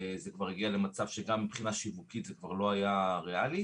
וזה כבר הגיע למצב שגם מבחינה שיווקית זה כבר לא היה ריאלי,